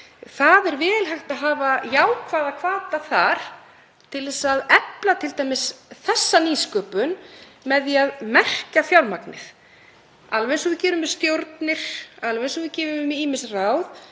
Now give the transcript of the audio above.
Þar er vel hægt að hafa jákvæða hvata til þess að efla t.d. þessa nýsköpun með því að merkja fjármagnið alveg eins og við gerum með stjórnir, alveg eins og við gerum með ýmis ráð,